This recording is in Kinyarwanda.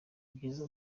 byiza